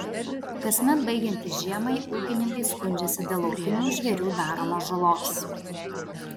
kasmet baigiantis žiemai ūkininkai skundžiasi dėl laukinių žvėrių daromos žalos